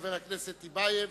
חבר הכנסת טיבייב,